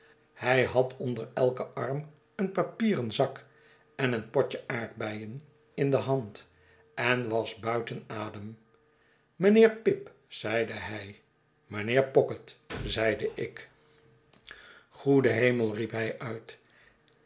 hij had onder elken arm een papieren zak en een potje aardbeien in de hand en was buiten adem mijnheer pip zeide hij m ynheer pocket zeide ik goede hemel riep hij uit